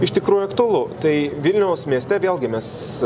iš tikrųjų aktualu tai vilniaus mieste vėlgi mes